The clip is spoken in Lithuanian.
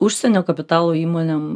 užsienio kapitalo įmonėm